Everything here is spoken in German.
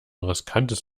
riskantes